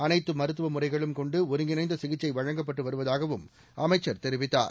அனைத்து மருத்துவ முறைகளும் கொண்டு ஒருங்கிணைந்த சிகிச்சை வழங்கப்பட்டு வருவதாகவும் அமைச்சர் தெரிவித்தார்